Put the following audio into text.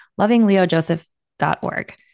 lovingleojoseph.org